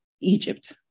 Egypt